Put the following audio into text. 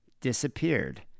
disappeared